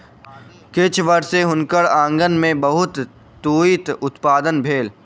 किछ वर्ष सॅ हुनकर आँगन में बहुत तूईत उत्पादन भेल